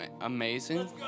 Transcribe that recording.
amazing